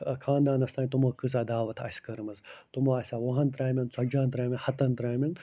خانٛدانَس تام تِمو کۭژاہ دعوت آسہِ کٔرمٕژ تِمو آسیٛا وُہَن ترٛامٮ۪ن ژَتجِہَن ترٛامٮ۪ن ہَتَن ترٛامٮ۪ن